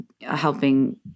helping